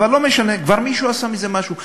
אבל לא משנה, כבר מישהו עשה מזה משהו.